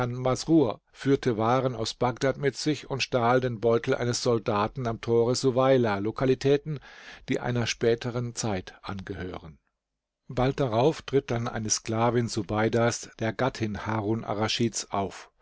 masrur führte waren aus bagdad mit sich und stahl den beutel eines soldaten am tore suweila lokalitäten die einer späteren zeit angehören bald darauf tritt dann eine sklavin subeidas der gattin harun arraschids auf